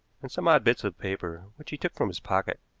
and some odd bits of paper, which he took from his pocket.